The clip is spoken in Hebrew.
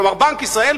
כלומר בנק ישראל,